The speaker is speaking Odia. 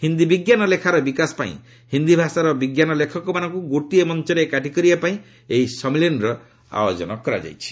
ହିନ୍ଦୀ ବିଜ୍ଞାନ ଲେଖାର ବିକାଶ ପାଇଁ ହିନ୍ଦୀ ଭାଷାର ବିଜ୍ଞାନ ଲେଖକମାନଙ୍କୁ ଗୋଟିଏ ମଞ୍ଚରେ ଏକାଠି କରିବା ପାଇଁ ଏହି ସମ୍ମିଳନୀର ଆୟୋଜନ କରାଯାଇଛି